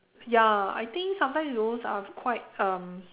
ya I think sometimes those are quite um